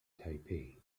taipei